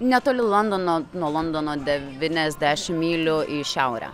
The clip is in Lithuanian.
netoli londono nuo londono deviniasdešim mylių į šiaurę